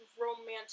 romantic